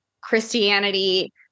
Christianity